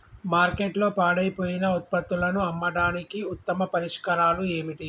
మార్కెట్లో పాడైపోయిన ఉత్పత్తులను అమ్మడానికి ఉత్తమ పరిష్కారాలు ఏమిటి?